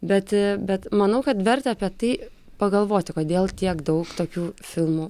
bet bet manau kad verta apie tai pagalvoti kodėl tiek daug tokių filmų